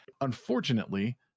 unfortunately